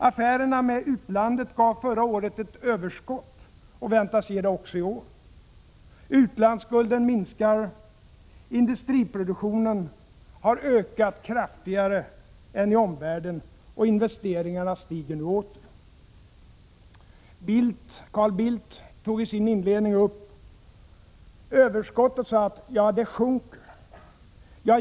Affärerna med utlandet gav förra året ett överskott och väntas ge det också i år. Utlandsskulden minskar. Industriproduktionen har ökat kraftigare än i omvärlden, och investeringarna stiger nu åter. Carl Bildt tog upp det här i sin inledning. Överskottet i utrikeshandeln sjunker, sade han.